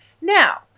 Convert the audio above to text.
Now